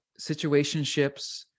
situationships